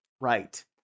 right